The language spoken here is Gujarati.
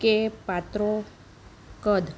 કે પાત્રો કદ